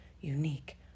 unique